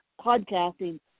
podcasting